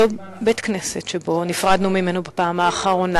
אותו בית-כנסת שבו נפרדנו ממנו בפעם האחרונה.